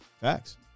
Facts